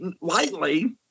lightly